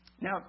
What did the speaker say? Now